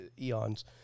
eons